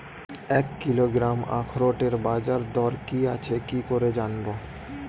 এক কিলোগ্রাম আখরোটের বাজারদর কি আছে কি করে জানবো?